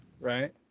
right